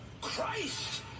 Christ